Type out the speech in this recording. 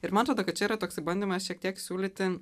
ir man atrodo kad čia yra toksai bandymas šiek tiek siūlyti